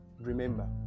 Remember